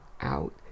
out